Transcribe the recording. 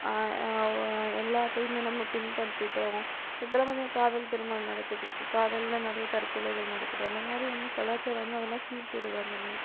எல்லாத்தையுமே நம்ம பின்பற்றி விட்டோம் இப்போல்லாம் பார்த்தீங்கன்னா காதல் திருமணம் நடக்குது காதலில் நிறைய தற்கொலைகள் நடக்குது அந்த மாதிரி வந்து கலாச்சாரம் வந்து அதெலாம் சீர்கேடு தான்